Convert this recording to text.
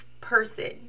person